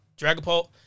Dragapult